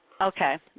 Okay